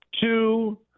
two